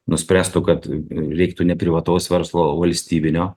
nuspręstų kad reiktų ne privataus verslo o valstybinio